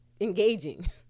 engaging